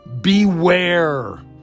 beware